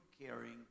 caring